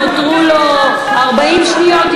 נותרו לו 40 שניות.